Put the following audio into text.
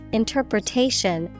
interpretation